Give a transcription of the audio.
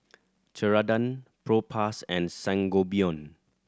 Ceradan Propass and Sangobion